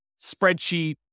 spreadsheet